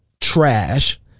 trash